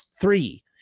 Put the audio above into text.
Three